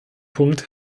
punkt